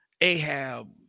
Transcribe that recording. Ahab